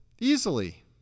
Easily